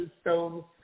stones